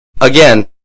Again